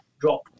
drop